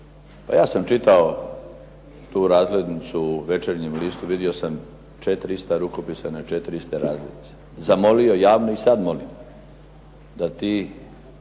Pa ja sam čitao tu razglednicu u "Večernjem listu", vidio sam 4 ista rukopisa na 4 iste razglednice. Zamolio javno i sada molim da ti